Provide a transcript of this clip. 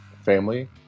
family